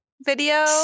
video